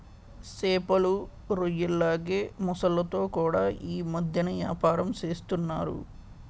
సేపలు, రొయ్యల్లాగే మొసల్లతో కూడా యీ మద్దెన ఏపారం సేస్తన్నారు